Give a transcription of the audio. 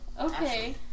Okay